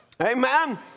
Amen